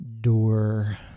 Door